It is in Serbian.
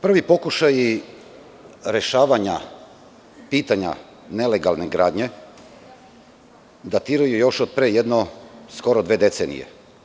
Prvi pokušaj rešavanja pitanja nelegalne gradnje datiraju još od pre skoro dve decenije.